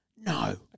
No